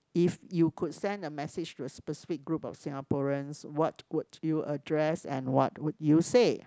if you could send a message to a specific group of Singaporeans what would you address and what would you say